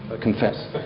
confess